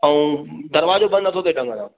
ऐं दरवाजो बंदि न थो थिए ढंग सां